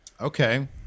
Okay